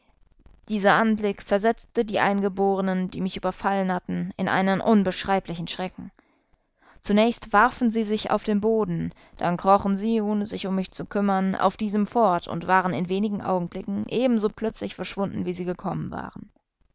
dieser anblick versetzte die eingeborenen die mich überfallen hatten in einen unbeschreiblichen schrecken zunächst warfen sie sich auf den boden dann krochen sie ohne sich um mich zu kümmern auf diesem fort und waren in wenigen augenblicken ebenso plötzlich verschwunden wie sie gekommen waren